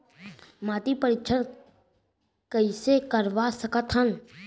माटी परीक्षण कइसे करवा सकत हन?